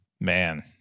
Man